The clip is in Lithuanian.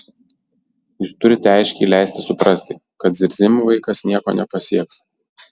jūs turite aiškiai leisti suprasti kad zirzimu vaikas nieko nepasieks